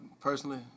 personally